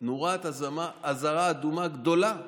נורת אזהרה אדומה גדולה.